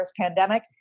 pandemic